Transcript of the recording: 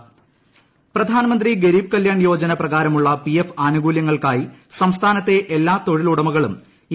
ഗരീബ് കല്യാൺ യോജന പ്രധാനമന്ത്രി ഗരീബ് കല്യാൺ യോജന പ്രകാരമുള്ള P F ആനുകൂല്യങ്ങൾക്കായി സംസ്ഥാനത്തെ എല്ലാ തൊഴിലുടമകളും ഇ